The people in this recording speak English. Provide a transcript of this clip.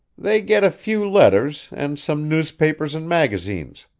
they get a few letters, and some newspapers and magazines,